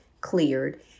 cleared